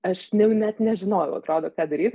aš jau net nežinojau atrodo ką daryt